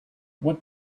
what